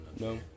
No